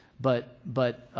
but but,